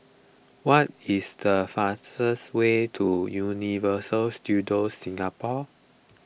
what is the fastest way to Universal Studios Singapore